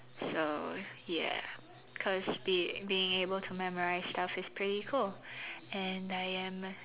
so ya cause being being able to memorize stuff is pretty cool and I am